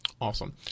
Awesome